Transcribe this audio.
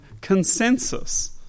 consensus